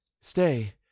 stay